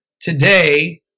today